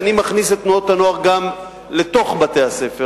אני מכניס את תנועות הנוער גם לתוך בתי-הספר,